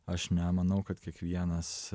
aš nemanau kad kiekvienas